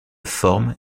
forme